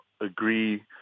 agree